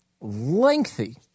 lengthy